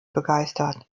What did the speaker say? begeistert